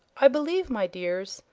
i believe, my dears,